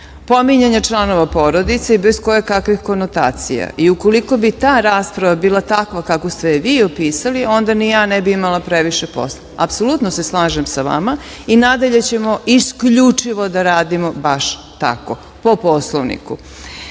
pominjanja članova porodice i bez kojekakvih konotacija. Ukoliko bi ta rasprava bila takva kako ste je vi opisali, onda ni ja ne bi imala previše posla. Apsolutno se slažem sa vama i nadalje ćemo isključivo da radimo baš tako, po Poslovniku. Dakle,